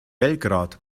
belgrad